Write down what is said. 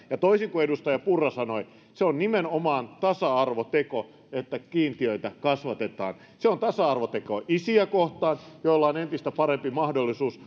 ja toisin kuin edustaja purra sanoi se on nimenomaan tasa arvoteko että kiintiöitä kasvatetaan se on tasa arvoteko isiä kohtaan joilla on entistä parempi mahdollisuus